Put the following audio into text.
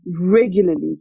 regularly